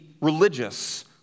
religious